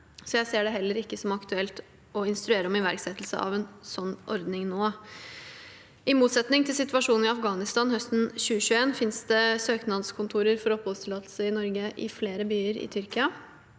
Jeg ser det heller ikke som aktuelt å instruere om iverksettelse av en slik ordning nå. I motsetning til situasjonen i Afghanistan høsten 2021, finnes det søknadskontorer for oppholdstillatelse i Norge i flere byer i Tyrkia.